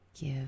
Give